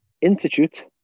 Institute